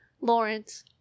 Lawrence